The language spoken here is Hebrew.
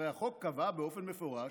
הרי החוק קבע באופן מפורש,